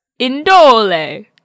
indole